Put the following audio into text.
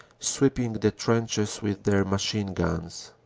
sweeping the trenches with their machine-guns.